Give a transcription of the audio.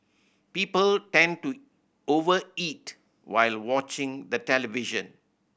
people tend to over eat while watching the television